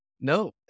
No